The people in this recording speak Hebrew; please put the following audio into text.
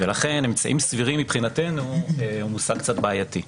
ולכן "אמצעים סבירים" מבחינתנו זה מושג קצת בעייתי.